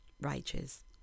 righteous